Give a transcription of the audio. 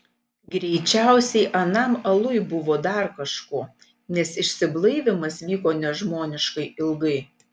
greičiausiai anam aluj buvo dar kažko nes išsiblaivymas vyko nežmoniškai ilgai